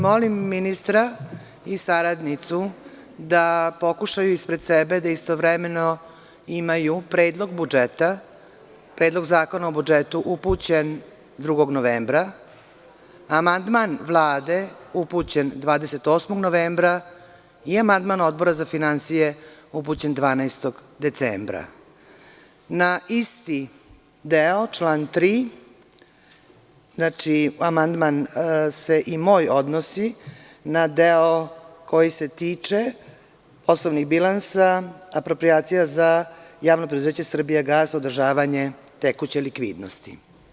Molim ministra i saradnici da pokušaju da ispred sebe istovremeno imaju Predlog zakona o budžetu upućen 2. novembra, amandman Vlade upućen 28. novembra i amandman Odbora za finansije upućen 12. decembra, na isti deo član 3. i amandman se, i moj odnosi na deo koji se tiče poslovnih bilansa, aproprijacija za Javno preduzeće“Srbijagas“, održavanje tekuće likvidnosti.